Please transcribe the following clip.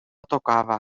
tocava